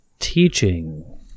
teaching